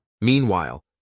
Meanwhile